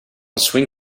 swing